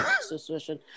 Suspicion